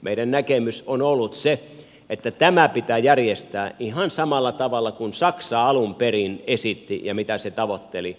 meidän näkemyksemme on ollut se että tämä pitää järjestää ihan samalla tavalla kuin mitä saksa alun perin esitti ja mitä se tavoitteli